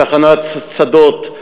תחנת שדות,